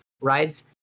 rides